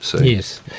Yes